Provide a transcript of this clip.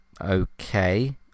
...okay